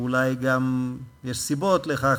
ואולי גם יש סיבות לכך,